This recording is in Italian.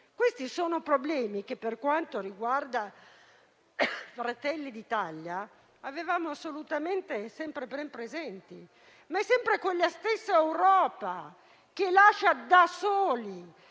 Questi sono problemi che, per quanto riguarda Fratelli d'Italia, abbiamo sempre avuto ben presenti. È sempre quella stessa Europa che lascia da soli